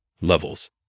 levels